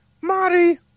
Marty